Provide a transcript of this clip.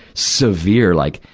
severe. like,